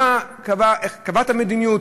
קבעת מדיניות?